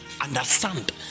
understand